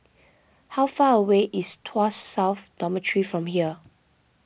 how far away is Tuas South Dormitory from here